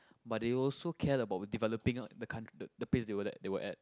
but they also cared about developing out the count~ the pace place they were that they were at